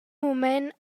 mument